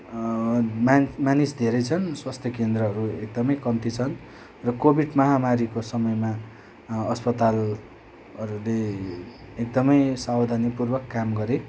मा मानिस धेरै छन् स्वास्थ्य केन्द्रहरू एकदमै कम्ती छन् र कोविड महामारीको समयमा अस्पतालहरूले एकदमै सावधानीपूर्वक काम गरे